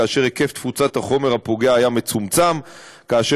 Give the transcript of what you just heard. כאשר היקף תפוצת החומר הפוגע היה מצומצם וכאשר